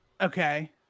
Okay